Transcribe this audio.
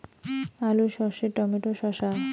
আলু সর্ষে টমেটো শসা